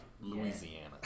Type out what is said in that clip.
Louisiana